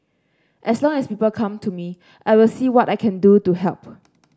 as long as people come to me I will see what I can do to help